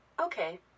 Okay